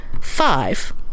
Five